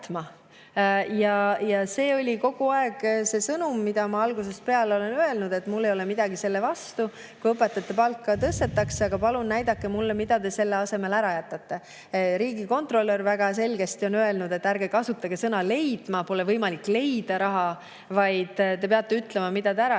See on kogu aeg see sõnum olnud, mida ma algusest peale olen öelnud, et mul ei ole midagi selle vastu, kui õpetajate palka tõstetakse, aga palun näidake mulle, mida te selle jaoks ära jätate. Riigikontrolör väga selgesti ütles, et ärge kasutage sõna "leidma", pole võimalik leida raha, vaid te peate ütlema, mille te ära jätate.(Hääl